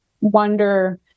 wonder